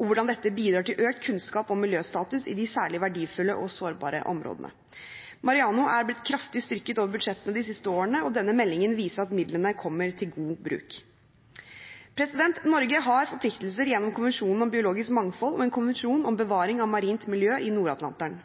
og hvordan dette bidrar til økt kunnskap om miljøstatus i de særlige verdifulle og sårbare områdene. MAREANO er blitt kraftig styrket over budsjettene de siste årene, og denne meldingen viser at midlene kommer til god bruk. Norge har forpliktelser gjennom konvensjonen om biologisk mangfold og en konvensjon om bevaring av marint miljø i Nord-Atlanteren.